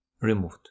removed